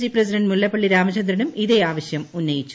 C president Mullappally രാമചന്ദ്രനും ഇതേ ആവശ്യം ഉന്നയിച്ചു